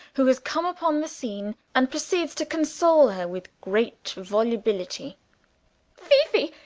who has come upon the scene and proceeds to console her with great volubility fifi!